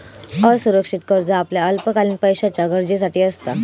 असुरक्षित कर्ज आपल्या अल्पकालीन पैशाच्या गरजेसाठी असता